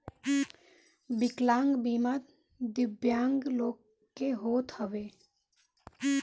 विकलांग बीमा दिव्यांग लोग के होत हवे